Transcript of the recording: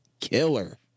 killer